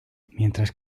mientras